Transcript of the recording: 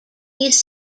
these